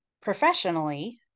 professionally